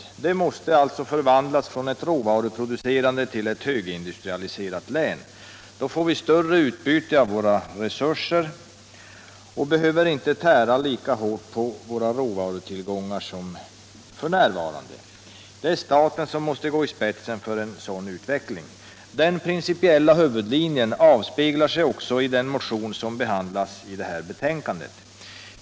Norrbotten måste alltså förvandlas från ett råvaruproducerande till ett högindustrialiserat län. Då får vi större utbyte av våra resurser och behöver inte tära lika hårt på våra råvarutillgångar som f.n. Staten måste gå i spetsen för en sådan utveckling. Den principiella huvudlinjen avspeglar sig i den motion som behandlas i det här betänkandet.